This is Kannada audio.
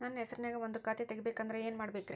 ನನ್ನ ಹೆಸರನ್ಯಾಗ ಒಂದು ಖಾತೆ ತೆಗಿಬೇಕ ಅಂದ್ರ ಏನ್ ಮಾಡಬೇಕ್ರಿ?